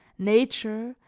nature,